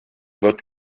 vote